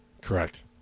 Correct